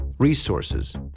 Resources